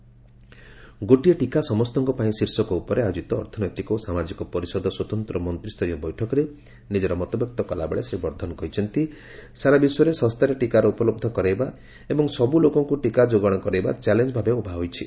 'ଗୋଟିଏ ଟିକା ସମସ୍ତଙ୍କ ପାଇଁ' ଶୀର୍ଷକ ଉପରେ ଆୟୋଜିତ ଅର୍ଥନୈତିକ ଓ ସାମାଜିକ ପରିଷଦ ସ୍ୱତନ୍ତ୍ର ମନ୍ତ୍ରୀଷ୍ଠରୀୟ ବୈଠକରେ ନିକର ମତବ୍ୟକ୍ତ କଲାବେଳେ ଶ୍ରୀ ବର୍ଦ୍ଧନ କହିଛନ୍ତି ସାରା ବିଶ୍ୱରେ ଶସ୍ତାରେ ଟିକାର ଉପଲହ୍ଧ କରାଇବା ଏବଂ ସବୁ ଲୋକଙ୍କୁ ଟିକା ଯୋଗାଣ କରାଇବା ଚ୍ୟାଲେଞ୍ଜ ଭାବେ ଉଭା ହୋଇଛି